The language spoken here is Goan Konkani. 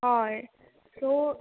हय सो